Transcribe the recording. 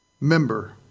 member